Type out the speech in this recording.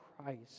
Christ